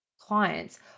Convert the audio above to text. clients